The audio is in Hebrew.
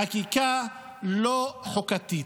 חקיקה לא חוקתית.